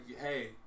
hey